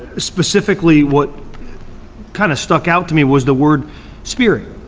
specifically what kind of stuck out to me was the word spirit,